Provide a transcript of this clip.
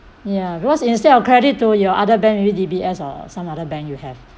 ya because instead of credit to your other bank maybe D_B_S or some other bank you have